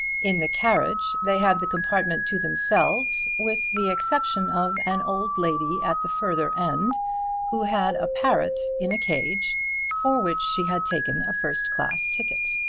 in the carriage they had the compartment to themselves with the exception of an old lady at the further end who had a parrot in a cage for which she had taken a first-class ticket.